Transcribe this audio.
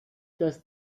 das